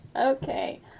Okay